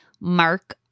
mark